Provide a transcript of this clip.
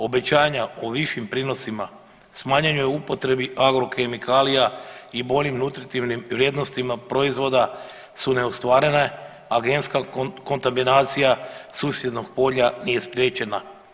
Obećanja o višim prinosima smanjuje u upotrebi agrokemikalija i boljim nutritivnim vrijednostima proizvoda su neostvarene, a genska kontaminacija susjednog polja nije spriječena.